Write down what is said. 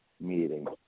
meeting